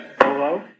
Hello